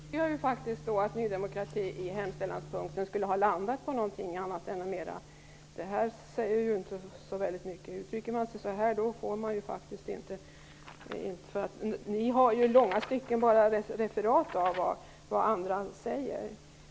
Herr talman! Då tycker jag att Ny demokrati i hemställanspunkten skulle ha uttryckt sig på ett annat sätt. Ni har ju i långa stycken bara refererat vad andra säger.